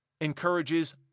encourages